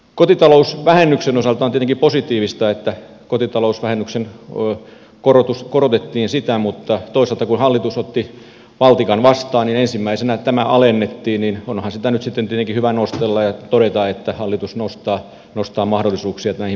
kotitalousvähennyksen osalta on tietenkin positiivista että kotitalousvähennystä korotettiin mutta toisaalta kun hallitus otti valtikan vastaan ensimmäisenä tätä alennettiin niin että onhan sitä nyt sitten tietenkin hyvä nostella ja todeta että hallitus nostaa mahdollisuuksia näihin poisto oikeuksiin